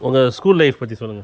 உங்கள் school life பற்றி சொல்லுங்க